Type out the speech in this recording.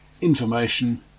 Information